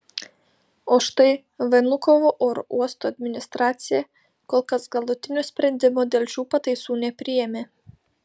o štai vnukovo oro uosto administracija kol kas galutinio sprendimo dėl šių pataisų nepriėmė